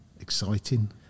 Exciting